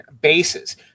bases